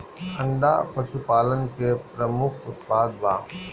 अंडा पशुपालन के प्रमुख उत्पाद बा